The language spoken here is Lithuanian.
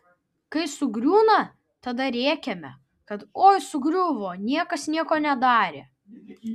kai sugriūna tada rėkiame kad oi sugriuvo niekas nieko nedarė